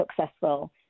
successful